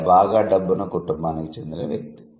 అంటే బాగా డబ్బున్న కుటుంబానికి చెందిన వ్యక్తి